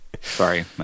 Sorry